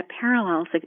parallels